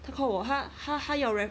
他 call 我他他他要人